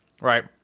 right